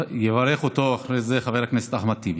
יברך אותו אחרי זה חבר הכנסת אחמד טיבי.